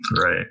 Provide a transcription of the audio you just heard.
Right